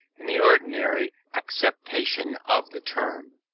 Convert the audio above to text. in the ordinary acceptation of the term.